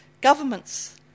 governments